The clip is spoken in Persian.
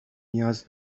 نیاز